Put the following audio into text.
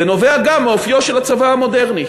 זה נובע גם מאופיו של הצבא המודרני,